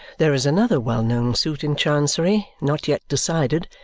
there is another well-known suit in chancery, not yet decided,